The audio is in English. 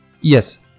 Yes